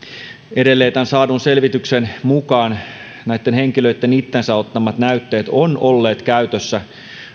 edelleen tämän saadun selvityksen mukaan henkilöitten itsensä ottamat näytteet ovat olleet käytössä